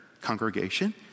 congregation